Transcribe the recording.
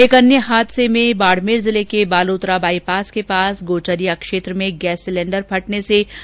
एक अन्य हादसे में बाडमेर जिले के बालोतरा बाईपास के पास गोचरिया क्षेत्र में गैस सिलेण्डर फटने से तीन लोग झुलस गये